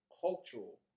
cultural